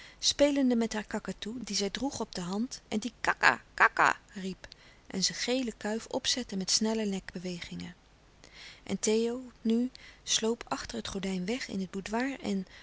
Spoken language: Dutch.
spelende met haar kakatoe dien zij droeg op de hand en die kaka kaka riep en zijn gele kuif opzette met snelle nekbewegingen en theo nu sloop achter het gordijn weg in het boudoir en